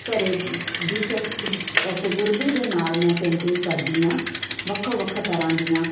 ਘਰ ਦਿਲਚਸਪ ਤਜ਼ਰਬੇ ਦੇ ਨਾਲ ਮੈਂ ਪੇਂਟਿੰਗ ਕਰਦੀ ਹਾਂ ਵੱਖ ਵੱਖ ਤਰ੍ਹਾਂ ਦੀਆਂ